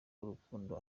urukundo